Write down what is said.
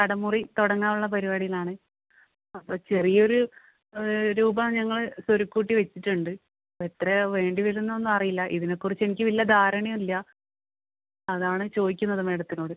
കട മുറി തുടങ്ങാനുള്ള പരിപാടിയിലാണ് അപ്പോൾ ചെറിയൊരു രൂപ ഞങ്ങള് സ്വരുക്കൂട്ടി വെച്ചിട്ടുണ്ട് എത്രയാണ് വേണ്ടി വരിക എന്നൊന്നും അറിയില്ല ഇതിനെ കുറിച്ച് എനിക്ക് വലിയ ധാരണ ഇല്ല അതാണ് ചോദിക്കുന്നത് മേഡത്തിനോട്